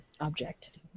object